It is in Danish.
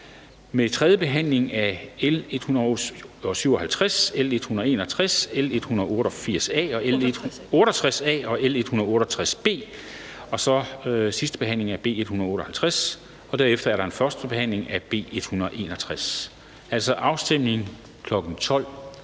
med 3. behandling af L 157, L 161, L 168 A og L 168 B og så 2. (og sidste behandling) af B 158. Derefter er der en 1. behandling af B 161. Der er altså afstemninger kl. 12.00.